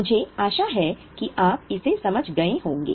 मुझे आशा है कि आप इसे समझ गए होंगे